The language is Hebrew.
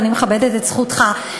ואני מכבדת את זכותך,